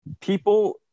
People